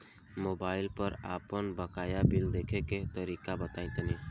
Mobile पर आपन बाकाया बिल देखे के तरीका बताईं तनि?